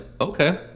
okay